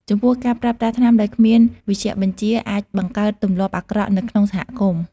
ចំពោះការប្រើប្រាស់ថ្នាំដោយគ្មានវេជ្ជបញ្ជាអាចបង្កើតទម្លាប់អាក្រក់នៅក្នុងសហគមន៍ ។